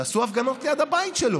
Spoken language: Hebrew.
תעשו הפגנות ליד הבית שלו.